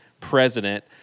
president